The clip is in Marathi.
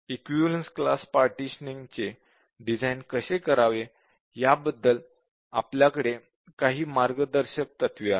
इक्विवलेन्स क्लास पार्टिशनिंग चे डिझाईन कशी करावे याबद्दल आपल्याकडे काही मार्गदर्शक तत्त्वे आहेत